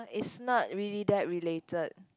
it's not really that related